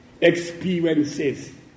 experiences